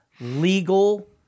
legal